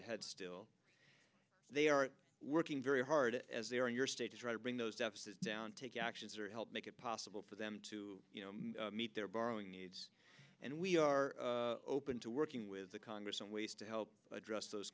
ahead still they are working very hard as they are in your state to try to bring those deficits down take actions or help make it possible for them to meet their borrowing needs and we are open to working with the congress on ways to help address those